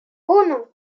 uno